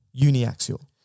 uniaxial